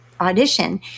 audition